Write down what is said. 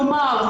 כלומר,